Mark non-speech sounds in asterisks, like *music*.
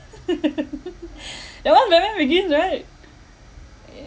*laughs* that one batman begins right yeah